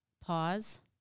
pause